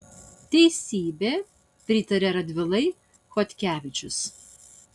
teisybė pritaria radvilai chodkevičius